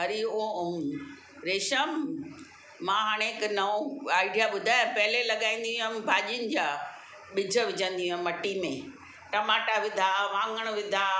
हरिओ ओम रेशम मां हाणे हिकु नओं आइडियाम ॿुधायां पहिरियों लॻाईंदी हुयमि भाॼीनि जा बिज विझंदी हुयमि मटी में टमाटा विधा वाङण विधा